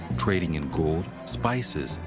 trading in gold, spices,